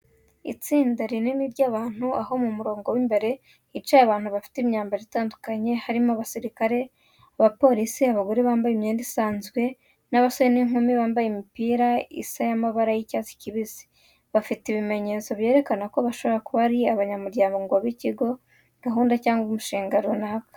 Itsinda rinini ry’abantu aho mu murongo w’imbere bicaye abantu bafite imyambaro itandukanye harimo abasirikare, abapolisi, abagore bambaye imyenda yemewe n’abasore n’inkumi bambaye imipira isa y’amabara y'icyatsi kibisi. bafite ibimenyetso byerekana ko bashobora kuba ari abanyamuryango b’ikigo, gahunda, cyangwa umushinga runaka.